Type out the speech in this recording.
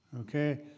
okay